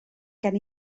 gen